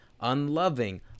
unloving